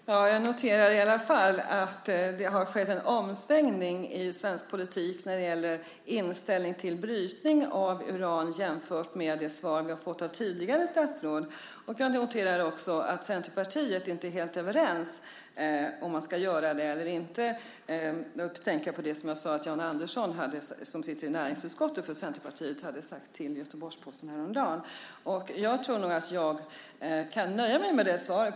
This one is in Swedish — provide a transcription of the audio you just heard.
Fru talman! Jag noterar i alla fall att det har skett en omsvängning i svensk politik när det gäller inställningen till brytning av uran när man jämför med det svar vi har fått av tidigare statsråd. Jag noterar också att Centerpartiet inte är helt överens om man ska göra detta eller inte. Då tänker jag på det som Jan Andersson, som sitter i näringsutskottet för Centerpartiet, sade till Göteborgs-Posten häromdagen. Jag tror nog att jag kan nöja mig med det svaret.